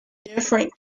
different